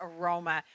aroma